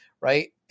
right